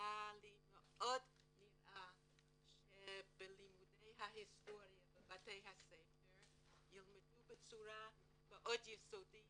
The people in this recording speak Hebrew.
נראה לי שבלימודי ההיסטוריה בבתי הספר ילמדו בצורה מאוד יסודית